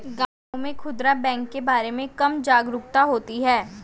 गांव में खूदरा बैंक के बारे में कम जागरूकता होती है